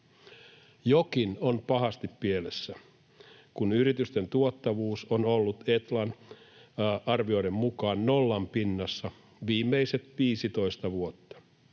Jokin on pahasti pielessä, kun yritysten tuottavuus on ollut Etlan arvioiden mukaan nollan pinnassa viimeiset 15 vuotta.